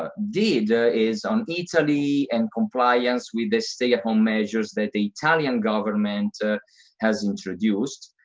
ah did is on italy and compliance with the stay-at-home measures that the italian government has introduced,